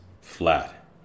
Flat